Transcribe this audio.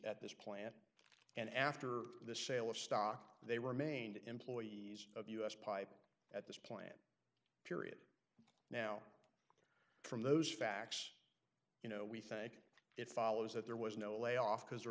at this plant and after the sale of stock they were main employees of the us pipe at this plant period now from those facts you know we think it follows that there was no layoff because there